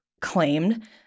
claimed